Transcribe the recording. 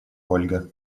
ольга